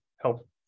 help